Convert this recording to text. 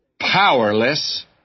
powerless